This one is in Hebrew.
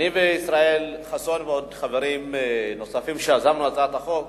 וישראל חסון ועוד חברים נוספים שיזמנו את הצעת החוק,